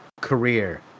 career